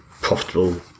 profitable